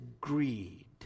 greed